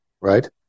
right